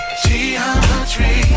geometry